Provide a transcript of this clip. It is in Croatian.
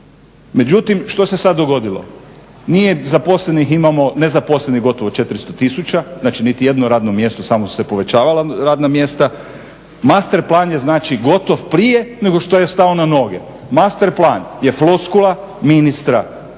Međutim, što se sad dogodilo, nije zaposlenih, nezaposlenih gotovo 400 tisuća, znači niti jedno radno mjesto, samo su se povećavala radna mjesta, Master plan je znači gotovo prije nego što je stao na noge. Master plan je floskula ministra zdravstva